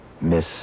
Miss